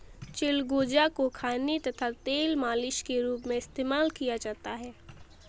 चिलगोजा को खाने तथा तेल मालिश के रूप में इस्तेमाल किया जाता है